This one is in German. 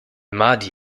mahdi